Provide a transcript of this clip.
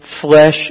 flesh